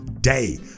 day